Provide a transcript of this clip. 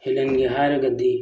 ꯍꯦꯜꯍꯟꯒꯦ ꯍꯥꯏꯔꯒꯗꯤ